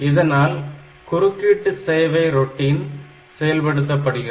இதனால் குறுக்கீட்டு சேவை ரொட்டின் செயல்படுத்தப்படுகிறது